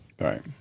Right